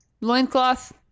Loincloth